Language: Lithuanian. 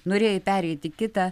norėjai pereit į kitą